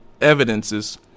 evidences